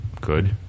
good